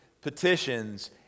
petitions